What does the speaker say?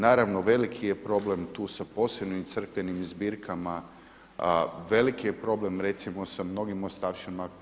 Naravno veliki je problem tu sa posebnim crkvenim zbirkama, veliki je problem recimo sa mnogim ostavštinama.